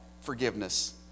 forgiveness